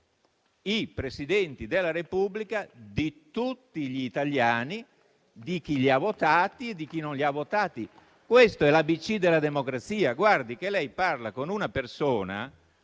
i Presidenti della Repubblica di tutti gli italiani, di chi li ha votati e di chi non li ha votati. Questo è l'ABC della democrazia. Guardi che lei parla con una persona